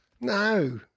No